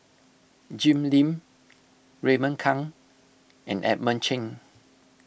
Jim Lim Raymond Kang and Edmund Cheng